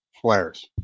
flares